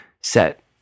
set